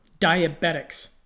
diabetics